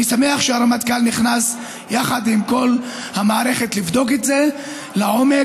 אני שמח שהרמטכ"ל נכנס יחד עם כל המערכת לבדוק את זה לעומק.